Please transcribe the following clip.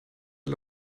der